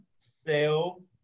sell